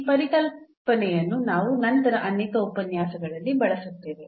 ಈ ಪರಿಕಲ್ಪನೆಯನ್ನು ನಾವು ನಂತರ ಅನೇಕ ಉಪನ್ಯಾಸಗಳಲ್ಲಿ ಬಳಸುತ್ತೇವೆ